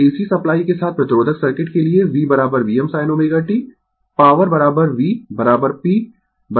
तो AC supply के साथ प्रतिरोधक सर्किट के लिए V Vm sin ω t power V p v i